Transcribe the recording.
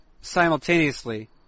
simultaneously